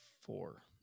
four